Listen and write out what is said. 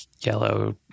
yellow